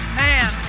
man